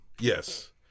Yes